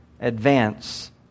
advance